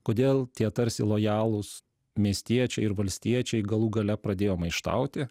kodėl tie tarsi lojalūs miestiečiai ir valstiečiai galų gale pradėjo maištauti